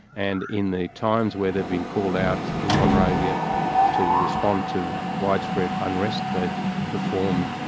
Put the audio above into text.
and in the times where they've been called out in monrovia to respond to widespread unrest, they've performed